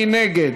מי נגד?